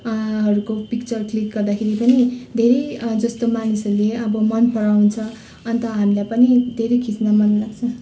हरूको picture click गर्दाखेरि पनि धेरै जस्तो मान्छेहरूले मन पराउँछ अन्त हामीलाई पनि धेरै खिच्न मन लाग्छ